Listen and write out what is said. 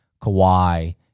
Kawhi